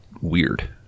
weird